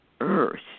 earth